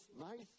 nice